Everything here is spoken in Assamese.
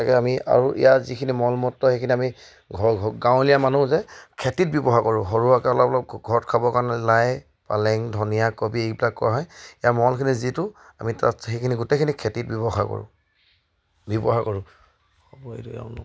আমি আৰু ইয়াৰ যিখিনি মলমত্ৰ সেইখিনি আমি ঘৰ গাঁৱলীয়া মানুহ যে খেতিত ব্যৱহাৰ কৰোঁ সৰু আকৌ অলপ অলপ ঘৰত খাবৰ কাৰণে লাই পালেং ধনিয়া কবি এইবিলাক কৰা হয় ইয়াৰ মলখিনি যিটো আমি তাত সেইখিনি গোটেইখিনি খেতিত ব্যৱহাৰ কৰোঁ ব্যৱহাৰ কৰোঁ হ'ব এইটো